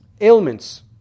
ailments